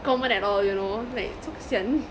common at all you know like so kasihan !huh!